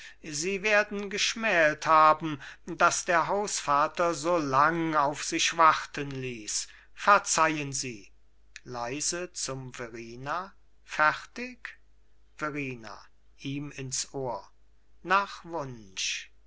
sie werden geschmält haben daß der hausvater so lang auf sich warten ließ verzeihen sie leise zum verrina fertig verrina ihm ins ohr nach wunsch